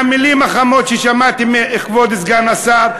והמילים החמות ששמעתי מכבוד סגן השר,